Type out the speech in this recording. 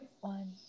One